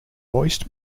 moist